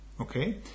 Okay